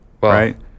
right